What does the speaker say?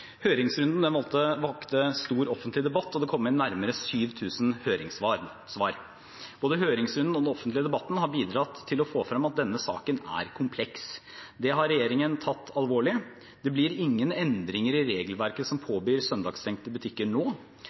vakte stor offentlig debatt, og det kom inn nærmere 7 000 høringssvar. Både høringsrunden og den offentlige debatten har bidratt til å få frem at denne saken er kompleks. Det har regjeringen tatt alvorlig. Det blir ingen endringer i regelverket som påbyr søndagsstengte butikker nå.